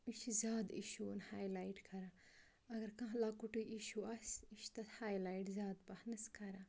یہِ چھِ زیادٕ اِشوٗوَن ہایلایِٹ کَران اگر کانٛہہ لۄکُٹٕے اِشوٗ آسہِ یہِ چھِ تَتھ ہایلایِٹ زیادٕ پَہم کَران